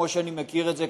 כמו שאני מכיר את זה,